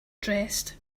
dressed